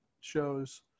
shows